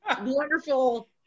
wonderful